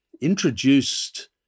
introduced